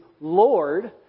Lord